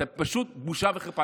פשוט בושה וחרפה.